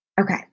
Okay